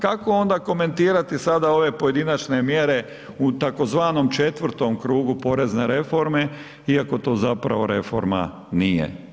Kako onda komentirati sada ove pojedinačne mjere u tzv. 4. krugu porezne reforme iako to zapravo reforma nije.